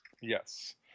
Yes